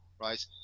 right